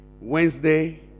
Wednesday